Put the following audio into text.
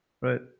right